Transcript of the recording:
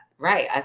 Right